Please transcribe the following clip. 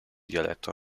dialetto